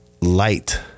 light